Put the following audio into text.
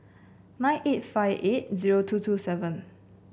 nine eight five eight zero two two seven